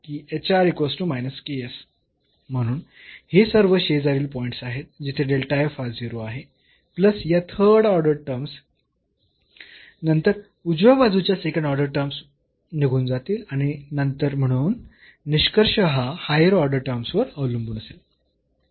म्हणून हे सर्व शेजारील पॉईंट्स आहेत जिथे हा 0 आहे प्लस या थर्ड ऑर्डर टर्म्स नंतर उजव्या बाजूच्या सेकंड ऑर्डर टर्म्स निघून जातील आणि नंतर म्हणून निष्कर्ष हा हायर ऑर्डर टर्म्स वर अवलंबून असेल